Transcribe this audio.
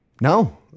No